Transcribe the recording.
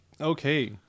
Okay